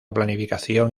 planificación